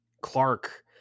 Clark